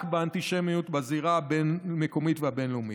באנטישמיות בזירה המקומית והבין-לאומית.